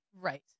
Right